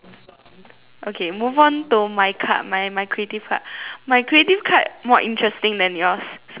okay move on to my card my my creative card my creative card more interesting than yours so it says right